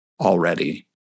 already